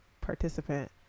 participant